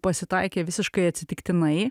pasitaikė visiškai atsitiktinai